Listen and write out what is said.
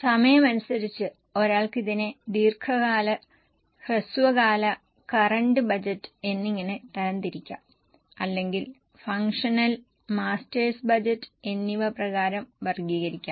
സമയമനുസരിച്ച് ഒരാൾക്ക് ഇതിനെ ദീർഘകാല ഹ്രസ്വകാല കറന്റ് ബജറ്റ് എന്നിങ്ങനെ തരംതിരിക്കാം അല്ലെങ്കിൽ ഫംഗ്ഷണൽ മാസ്റ്റേഴ്സ് ബജറ്റ് എന്നിവ പ്രകാരം വർഗ്ഗീകരിക്കാം